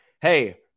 hey